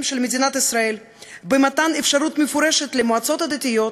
של מדינת ישראל במתן אפשרות מפורשת למועצות הדתיות,